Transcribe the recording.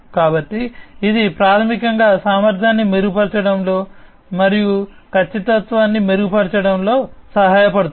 కాబట్టి ఇది ప్రాథమికంగా సామర్థ్యాన్ని మెరుగుపరచడంలో మరియు ఖచ్చితత్వాన్ని మెరుగుపరచడంలో సహాయపడుతుంది